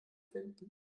finden